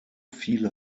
viele